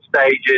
stages